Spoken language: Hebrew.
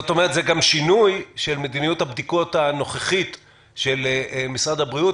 זה גם שינוי של מדיניות הבדיקות הנוכחית של משרד הבריאות.